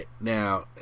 Now